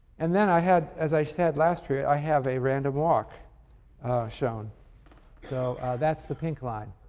and then i had, as i said last period, i have a random walk shown so that's the pink line.